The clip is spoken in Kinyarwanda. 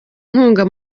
inkunga